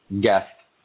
guest